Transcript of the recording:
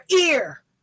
ear